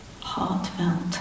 heartfelt